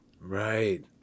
Right